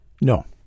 No